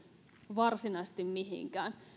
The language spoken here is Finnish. varsinaisesti mihinkään